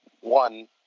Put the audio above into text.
one